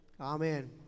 Amen